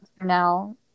now